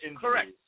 Correct